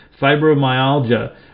fibromyalgia